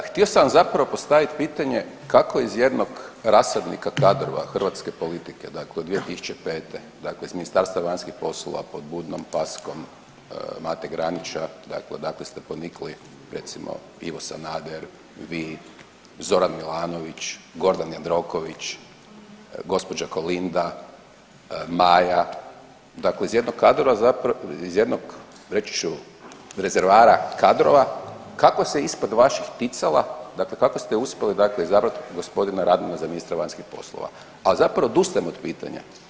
Htio sam vam zapravo postaviti pitanje kako iz jednog rasadnika kadrova hrvatske politike dakle 2005., dakle iz Ministarstva vanjskih poslova pod budnom paskom Mate Granića, dakle odakle ste ponikli, recimo, Ivo Sanader, vi, Zoran Milanović, Gordan Jandroković, gđa. Kolinda, Maja, dakle iz jednog kadrova, zapravo, iz jednog, reći ću, rezervara kadrova, kako se ispod vaših ticala, dakle kako ste uspjeli dakle izabrati gospodina Radmana za ministra vanjskih poslova, a zapravo odustajem od pitanja.